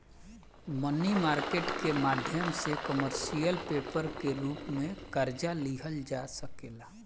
मनी market के माध्यम से कमर्शियल पेपर के रूप में कर्जा लिहल जा सकेला